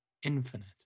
Infinite